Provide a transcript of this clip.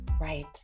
Right